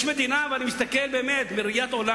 יש מדינה, ואני מסתכל, באמת, בראיית עולם